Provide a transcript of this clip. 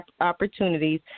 Opportunities